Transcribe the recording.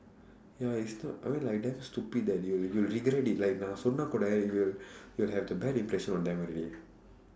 ya it's not I mean like damn stupid eh they'll regret it like நான் சொன்னாக்கூடே:naan sonnaakkuudee you will have the bad impression of them already